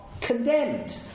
condemned